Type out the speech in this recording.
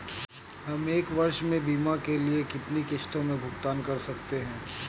हम एक वर्ष में बीमा के लिए कितनी किश्तों में भुगतान कर सकते हैं?